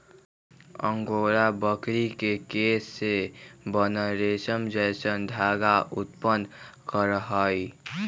angora बकरी के केश से बनल रेशम जैसन धागा उत्पादन करहइ